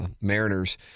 Mariners